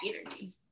energy